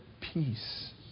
peace